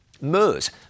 MERS